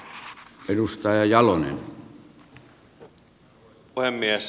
arvoisa puhemies